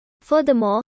Furthermore